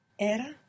Era